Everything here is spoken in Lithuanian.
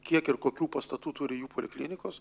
kiek ir kokių pastatų turi jų poliklinikos